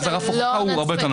ואז רף ההוכחה הוא הרבה יותר נמוך.